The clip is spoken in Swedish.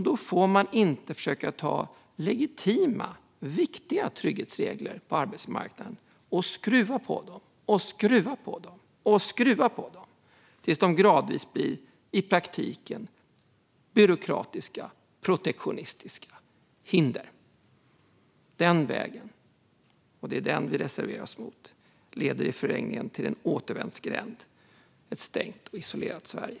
Då får man inte försöka ta legitima och viktiga trygghetsregler på arbetsmarknaden och skruva på dem så mycket att de gradvis och i praktiken blir byråkratiska, protektionistiska hinder. Den vägen, som vi reserverar oss mot, leder i förlängningen till en återvändsgränd och ett stängt och isolerat Sverige.